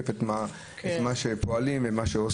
שישקף את מה שפועלים ועושים.